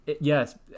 yes